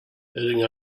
heading